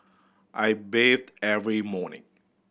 I bathe every morning